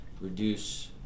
reduce